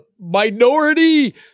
minority